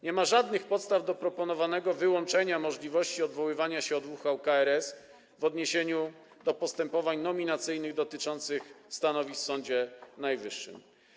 Nie ma żadnych podstaw do proponowanego wyłączenia możliwości odwoływania się od uchwał KRS w odniesieniu do postępowań nominacyjnych dotyczących stanowisk w Sądzie Najwyższym.